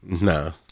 No